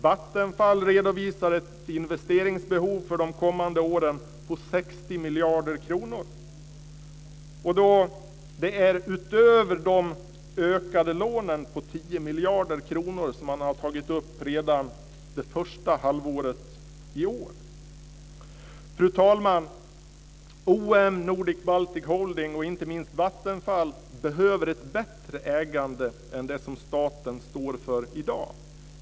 Vattenfall redovisar ett investeringsbehov för de kommande åren på 60 miljarder kronor. Detta är utöver de ökade lån på 10 miljarder kronor som man tagit upp redan det första halvåret i år. Fru talman! OM, Nordic Baltic Holding och inte minst Vattenfall behöver ett bättre ägande än det som staten står för i dag.